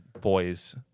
boys